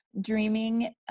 dreaming